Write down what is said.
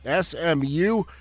SMU